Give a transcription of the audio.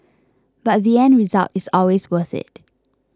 but the end result is always worth it